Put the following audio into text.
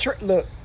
Look